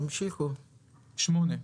(8)